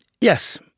Yes